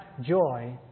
joy